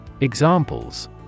Examples